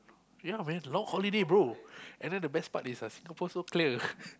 yeah man long holiday bro and then the best part is ah Singapore so clear